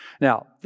Now